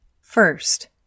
First